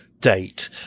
date